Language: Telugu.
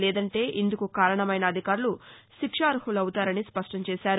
లేదంటే ఇందుకు కారణమైన అధికారులు శిక్షార్హులవుతారని స్పష్టం చేశారు